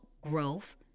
growth